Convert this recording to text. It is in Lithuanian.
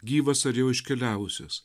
gyvas ar jau iškeliavusias